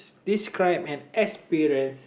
describe an experience